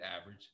average